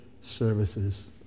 services